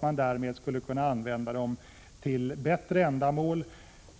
pengarna skulle kunna användas för bättre ändamål.